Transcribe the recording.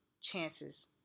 chances